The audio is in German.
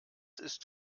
ist